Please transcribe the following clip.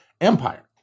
Empire